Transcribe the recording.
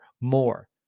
more